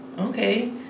okay